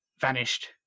vanished